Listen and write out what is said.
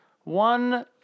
One